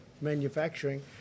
manufacturing